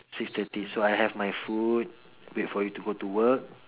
six thirty so I have my food wait for you to go to work